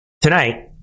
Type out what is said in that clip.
tonight